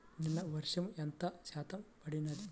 నిన్న వర్షము ఎంత శాతము పడినది?